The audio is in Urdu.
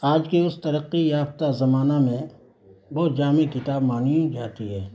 آج کے اس ترقی یافتہ زمانہ میں بہت جامع کتاب مانی جاتی ہے